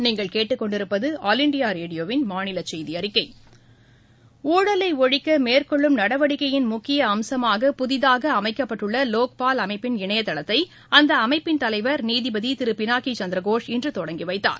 உ்வதலை ஒழிக்க மேற்கொள்ளும் நடவடிக்கையின் முக்கிய அம்சமாக புதிதாக அமைக்கப்பட்டுள்ள வோக்பால் அமைப்பின் இணையதளத்தை அந்த அமைப்பின் தலைவர் நீதிபதி திரு பினாக்கி சந்திரகோஷ் இன்று தொடங்கி வைத்தார்